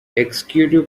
executive